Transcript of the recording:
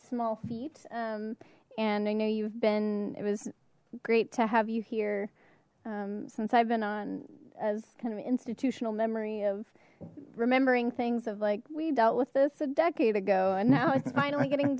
small feat and i know you've been it was great to have you here since i've been on as kind of institutional memory of remembering things of like we dealt with this a decade ago and now it's finally getting